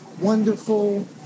wonderful